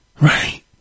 Right